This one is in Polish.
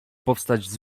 powstać